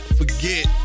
forget